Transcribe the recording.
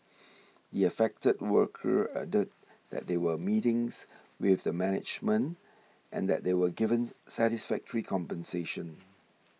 the affected worker added that there were meetings with the management and that they were given satisfactory compensation